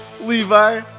Levi